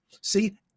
See